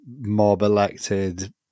mob-elected